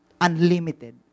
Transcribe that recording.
Unlimited